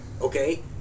Okay